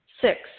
Six